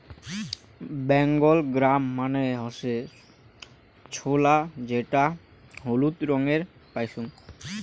Bengal gram মানে হসে ছোলা যেটা হলুদ রঙে পাইচুঙ